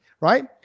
right